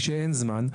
כשאין זמן,